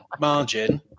margin